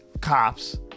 cops